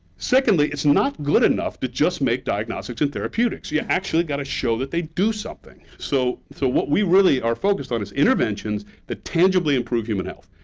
secondly, it's not good enough to just make diagnostics and therapeutics. you've yeah actually got to show that they do something. so so what we really are focused on is interventions that tangibly improve human health.